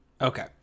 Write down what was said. Okay